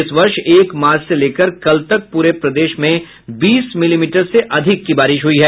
इस वर्ष एक मार्च से लेकर कल तक पूरे प्रदेश में बीस मिलीमीटर से अधिक की बारिश हो चूकी है